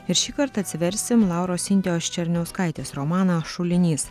ir šįkart atsiversim lauros sintijos černiauskaitės romaną šulinys